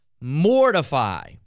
mortify